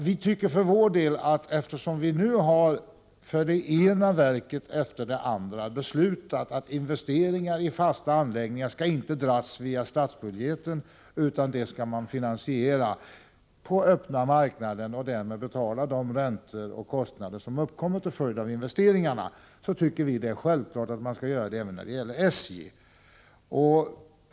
Vi tycker för vår del, eftersom vi nu för det ena verket efter det andra har beslutat att investeringar i fasta anläggningar inte skall dras via statsbudgeten, utan de skall finansieras på den öppna marknaden och de räntor och kostnader som uppkommer till följd av investeringarna skall därmed betalas, att det är självklart att man skall göra på samma sätt när det gäller SJ.